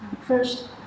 First